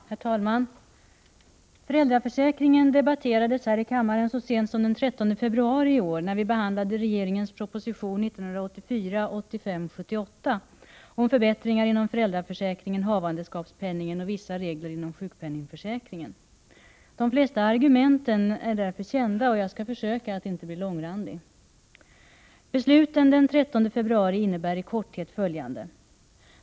Herr talman! Föräldraförsäkringen debatterades här i kammaren så sent som den 13 februari i år, när vi behandlade regeringens proposition 1984/85:78 om förbättringar inom föräldraförsäkringen, havandeskapspenningen och vissa regler inom sjukpenningförsäkringen. De flesta argumenten är därför kända, och jag skall försöka att inte bli långrandig. Besluten den 13 februari innebär i korthet följande.